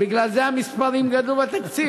בגלל זה המספרים גדלו בתקציב,